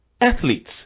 athletes